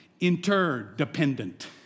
interdependent